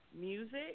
music